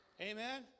Amen